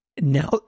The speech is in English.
now